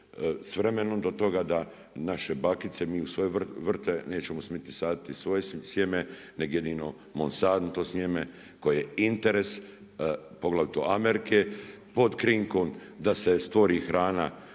s vremenom do toga da naše bakice mi u svoje vrte nećemo smjeti saditi svoje sjeme nego jedino MOnsanto sjeme koje je interes poglavito Amerike, pod krinkom da se stvori hrana